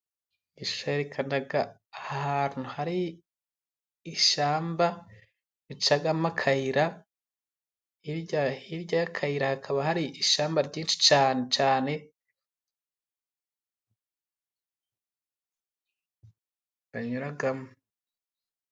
Sha yerekana ahantu hari ishamba ricamo akayira, hirya yakayira hakaba hari ishamba ryinshi cyane banyuramo.